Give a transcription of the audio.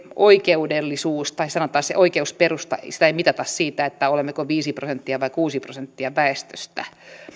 oikeudellisuutta tai sanotaan sitä oikeusperustaa ei mitata sillä olemmeko viisi prosenttia vai kuusi prosenttia väestöstä